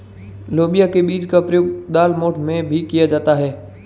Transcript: लोबिया के बीज का प्रयोग दालमोठ में भी किया जाता है